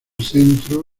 centro